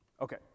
Okay